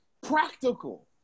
Practical